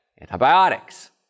Antibiotics